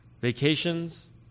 Vacations